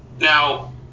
Now